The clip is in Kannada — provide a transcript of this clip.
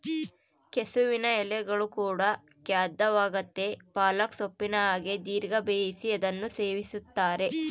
ಕೆಸುವಿನ ಎಲೆಗಳು ಕೂಡ ಖಾದ್ಯವಾಗೆತೇ ಪಾಲಕ್ ಸೊಪ್ಪಿನ ಹಾಗೆ ದೀರ್ಘ ಬೇಯಿಸಿ ಅದನ್ನು ಸವಿಯುತ್ತಾರೆ